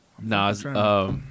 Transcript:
Nah